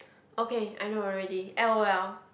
okay I know already L_O_L